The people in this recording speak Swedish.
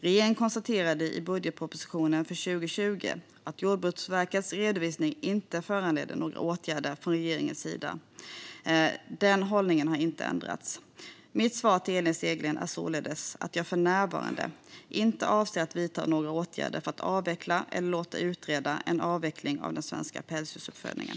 Regeringen konstaterar i budgetpropositionen för 2020 att Jordbruksverkets redovisning inte föranleder några åtgärder från regeringens sida. Den hållningen har inte ändrats. Mitt svar till Elin Segerlind är således att jag för närvarande inte avser att vidta några åtgärder för att avveckla eller låta utreda en avveckling av den svenska pälsdjursuppfödningen.